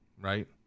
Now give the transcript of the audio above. Right